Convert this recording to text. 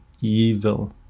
evil